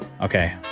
Okay